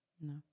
No